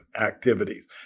activities